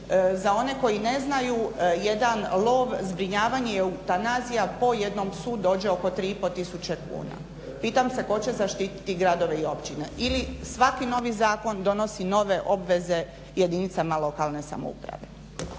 Za one koji ne znaju jedan lov, zbrinjavanje i eutanazija po jednom psu dođe oko 3500 kuna. Pitam se tko će zaštititi gradove i općine. Ili svaki novi zakon donosi nove obveze jedinicama lokalne samouprave.